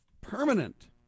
permanent